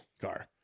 car